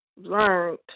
learned